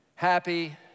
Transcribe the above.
happy